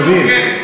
תבין,